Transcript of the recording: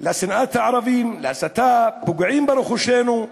לשנאת הערבים, להסתה, פוגעים ברכושנו,